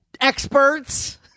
experts